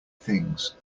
things